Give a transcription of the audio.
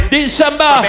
December